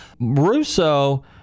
Russo